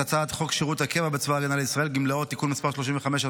את הצעת חוק שירות הקבע בצבא הגנה לישראל (גמלאות) (תיקון מס' 35),